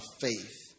faith